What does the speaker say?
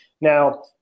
now